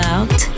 Out